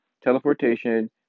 teleportation